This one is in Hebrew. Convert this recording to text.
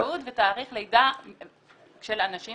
תעודת זהות ותאריך לידה של אנשים,